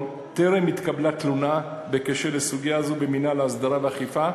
טרם התקבלה תלונה בקשר לסוגיה זו במינהל הסדרה ואכיפה,